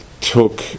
took